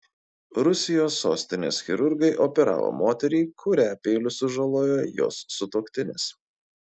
rusijos sostinės chirurgai operavo moterį kurią peiliu sužalojo jos sutuoktinis